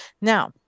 Now